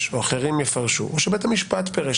או אחרים יפרשו או שבית המשפט פירש,